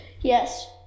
yes